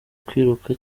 kwiruka